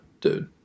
dude